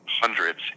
hundreds